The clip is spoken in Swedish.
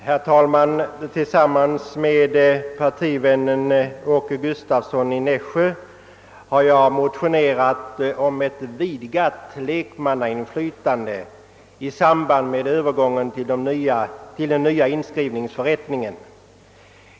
Herr talman! Tillsammans med partivännen herr Gustavsson i Nässjö har jag motionerat om ett vidgat lekmannainflytande i samband med övergången till den nya inskrivningsförrättningen.